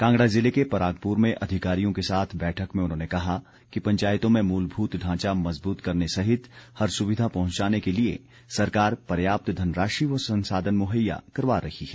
कांगड़ा जिले के परागपुर में अधिकारियों के साथ बैठक में उन्होंने कहा कि पंचायतों में मूलभूत ढांचा मजबूत करने सहित हर सुविधा पहुंचाने के लिए सरकार पर्याप्त धनराशि व संसाधन मुहैया करवा रही है